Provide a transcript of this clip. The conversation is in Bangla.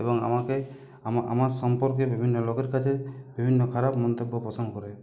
এবং আমাকে আমার সম্পর্কে বিভিন্ন লোকের কাছে বিভিন্ন খারাপ মন্তব্য পোষণ করে